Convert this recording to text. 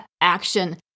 action